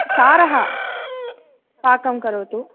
सारः पाकं करोतु